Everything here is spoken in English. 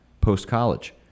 post-college